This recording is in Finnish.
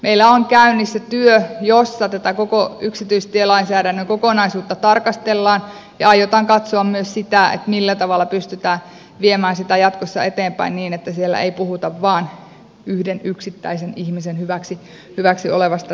meillä on käynnissä työ jossa tätä koko yksityistielainsäädännön kokonaisuutta tarkastellaan ja aiotaan katsoa myös sitä millä tavalla pystytään viemään sitä jatkossa eteenpäin niin että siellä ei puhuta vain yhden yksittäisen ihmisen hyväksi olevasta tiestä